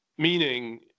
Meaning